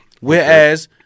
Whereas